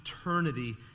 eternity